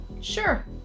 sure